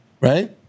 right